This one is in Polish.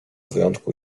wyjątku